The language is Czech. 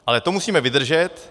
Ale to musíme vydržet.